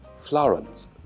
Florence